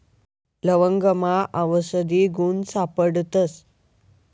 लवंगमा आवषधी गुण सापडतस